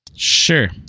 Sure